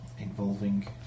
involving